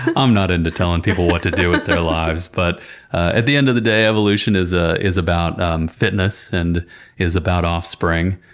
i'm not into telling people what to do with their lives. but at the end of the day, evolution is ah is about um fitness, and it's about offspring,